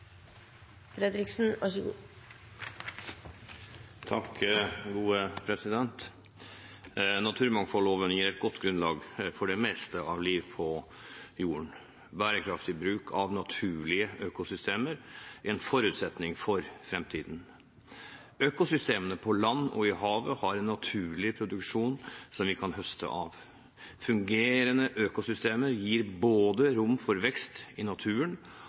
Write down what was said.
Naturmangfoldloven gir et godt grunnlag for det meste av liv på jorden. Bærekraftig bruk av naturlige økosystemer er en forutsetning for framtiden. Økosystemene på land og i havet har en naturlig produksjon som vi kan høste av. Fungerende økosystemer gir både rom for vekst i naturen